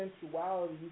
sensuality